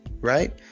right